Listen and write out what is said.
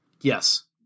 Yes